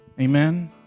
Amen